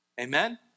Amen